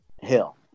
Hill